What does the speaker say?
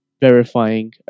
verifying